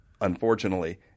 unfortunately